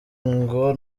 ngo